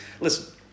Listen